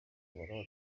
urugomo